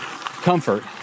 Comfort